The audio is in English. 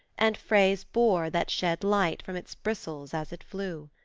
and frey's boar that shed light from its bristles as it flew.